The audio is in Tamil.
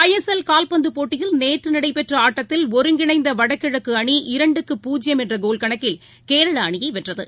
ஐ எஸ் எல் கால்பந்துபோட்டியில் நேற்றுநடைபெற்றஆட்டத்தில் ஒருங்கிணைந்தவடகிழக்குஅணி இரண்டுக்கு பூஜ்யம் என்றகோல் கணக்கில் கேரளஅணியைவென்றது